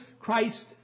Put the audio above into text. Christ